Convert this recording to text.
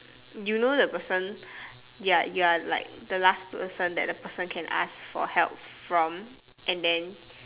you know the person you're you're like the last person that the person can ask for help from and then